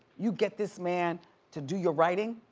you get this man to do your writing,